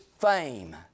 fame